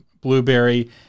Blueberry